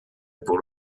pour